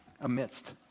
amidst